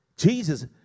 Jesus